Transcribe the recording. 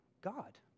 God